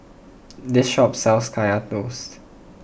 this shop sells Kaya Toast